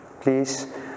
Please